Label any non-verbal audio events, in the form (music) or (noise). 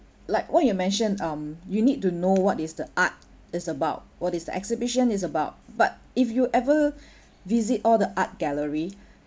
what you mentioned um you need to know what is the art is about what is the exhibition is about but if you ever (breath) visit all the art galleries